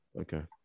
Okay